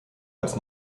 als